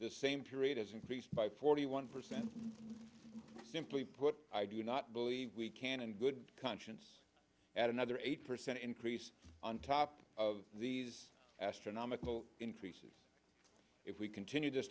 has increased by forty one percent simply put i do not believe we can in good conscience add another eight percent increase on top of these astronomical increases if we continue this